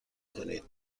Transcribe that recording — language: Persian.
کنید